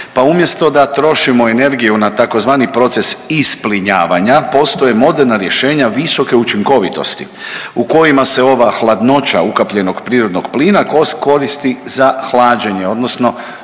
Pa umjesto da trošimo energiju na tzv. proces isplinjavanja postoje moderna rješenja visoke učinkovitosti u kojima se ova hladnoća ukapljenog prirodnog plina koristi za hlađenje odnosno